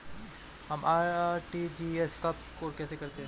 हम आर.टी.जी.एस कब और कैसे करते हैं?